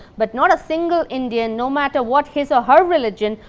but not a single indian, no matter what his or her religion,